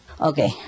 Okay